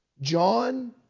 John